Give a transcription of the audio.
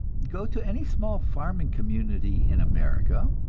go to any small farming community in america,